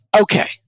Okay